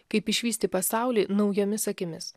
kaip išvysti pasaulį naujomis akimis